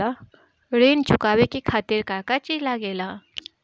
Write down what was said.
ऋण चुकावे के खातिर का का चिज लागेला?